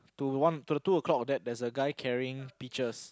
to one to the two o-clock that there's a guy carrying peaches